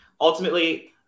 ultimately